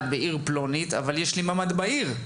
בעיר פלונית אבל יש לי ממ"ד בעיר",